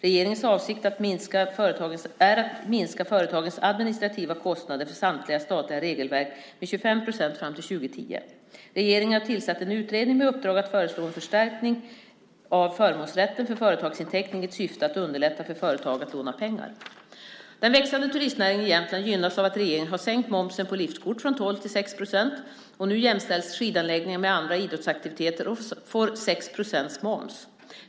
Regeringens avsikt är att minska företagens administrativa kostnader för samtliga statliga regelverk med 25 procent fram till år 2010. Regeringen har tillsatt en utredning med uppdrag att föreslå en förstärkning av förmånsrätten för företagsinteckning i syfte att underlätta för företag att låna pengar. Den växande turistnäringen i Jämtland gynnas av att regeringen har sänkt momsen på liftkort från 12 till 6 procent. Nu jämställs skidanläggningar med andra idrottsaktiviteter och får 6 procents moms.